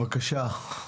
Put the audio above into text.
בבקשה.